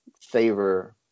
favor